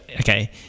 okay